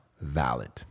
valid